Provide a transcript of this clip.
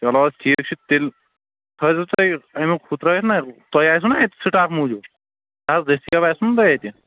چلو حظ ٹھیٖک چھُ تیٚلہِ تھٲوۍزیٚو تُہۍ امیُک ہُہ ترٛٲوِتھ نا تۄہہِ آسوٕ نا اَتہِ سِٹاک موٗجوٗد نہٕ حظ دستیاب آسوٕ نا تۄہہِ اَتہِ